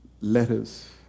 letters